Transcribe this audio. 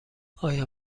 آیا